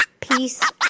Peace